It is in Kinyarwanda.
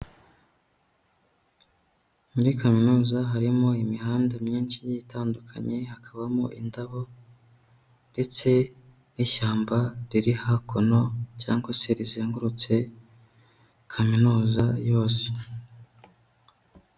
Muri kaminuza harimo imihanda myinshi igiye itandukanye, hakabamo indabo ndetse n'ishyamba riri hakuno cyangwa se rizengurutse kaminuza yose.